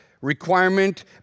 requirement